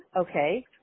Okay